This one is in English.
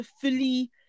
fully